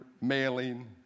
mailing